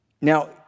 Now